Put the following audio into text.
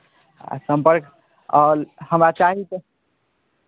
आ सम्पर्क आओर हमरा चाही तऽ